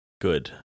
Good